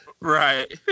Right